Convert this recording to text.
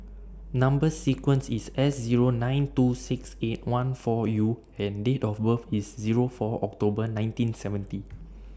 Number sequence IS S Zero nine two six eight one four U and Date of birth IS Zero four October nineteen seventy